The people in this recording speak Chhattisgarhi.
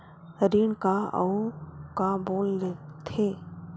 ऋण का अउ का बोल थे?